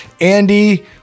Andy